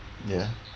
ya